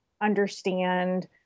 understand